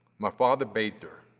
my father bathed her,